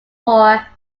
war